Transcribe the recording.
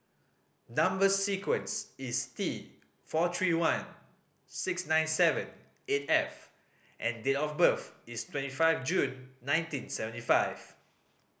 number sequence is T four three one six nine seven eight F and date of birth is twenty five June nineteen seventy five